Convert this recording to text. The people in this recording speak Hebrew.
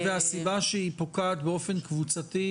הסיבה שהתוקף פוגע באופן קבוצתי,